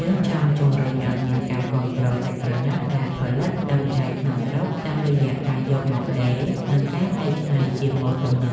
យើងចង់ជម្រុញឱ្យមានការគាំទ្រសាច់ក្រណាត់ដែលផលិតដោយដៃក្នុងស្រុក តាមរយៈការយកមកដេរ និងការកែច្នៃជាម៉ូដទំនើ